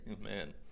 amen